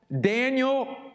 Daniel